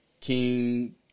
King